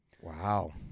Wow